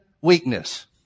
weakness